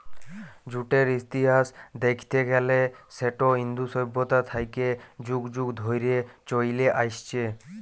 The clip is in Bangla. জুটের ইতিহাস দ্যাইখতে গ্যালে সেট ইন্দু সইভ্যতা থ্যাইকে যুগ যুগ ধইরে চইলে আইসছে